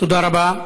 תודה רבה.